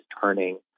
turning